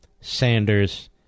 Sanders